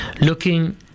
looking